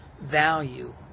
value